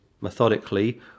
methodically